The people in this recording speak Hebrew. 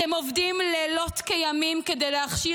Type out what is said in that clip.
אתם עובדים לילות כימים כדי להכשיר